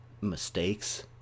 mistakes